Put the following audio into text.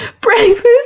breakfast